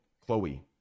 chloe